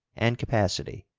and capacity,